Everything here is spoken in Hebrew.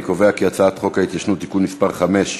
אני קובע כי הצעת חוק ההתיישנות (תיקון מס' 5),